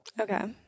Okay